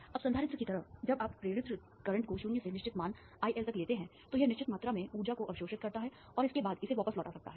अब संधारित्र की तरह जब आप प्रेरित्र धारा को 0 से निश्चित मान IL तक लेते हैं तो यह निश्चित मात्रा में ऊर्जा को अवशोषित करता है और उसके बाद इसे वापस लौटा सकता है